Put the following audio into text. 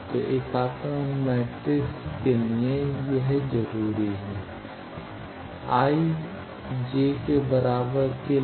तो एकात्मक मैट्रिक्स के लिए i j के लिए